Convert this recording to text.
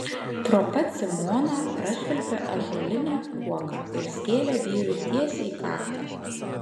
pro pat simoną prašvilpė ąžuolinė kuoka ir skėlė vyrui tiesiai į kaktą